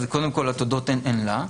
אז קודם כל, התודות הן לה.